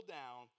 down